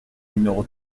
numéro